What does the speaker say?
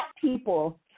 people